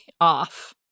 off